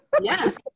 Yes